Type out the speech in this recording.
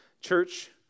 church